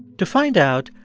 to find out,